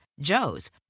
Joe's